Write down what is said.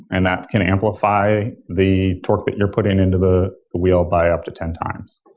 and that can amplify the torque that you're putting into the wheel by up to ten times.